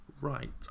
Right